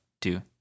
two